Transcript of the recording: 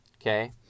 Okay